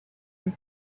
and